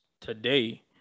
today